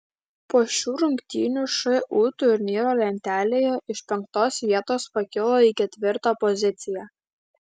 po šių rungtynių šu turnyro lentelėje iš penktos vietos pakilo į ketvirtą poziciją